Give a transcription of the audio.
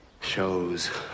show's